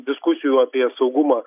diskusijų apie saugumą